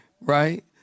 right